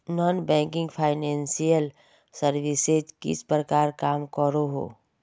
Non banking financial services किस प्रकार काम करोहो?